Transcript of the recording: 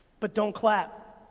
but don't clap,